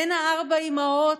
הן ה"ארבע אימהות"